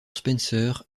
spencer